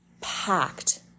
packed